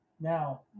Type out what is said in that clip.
Now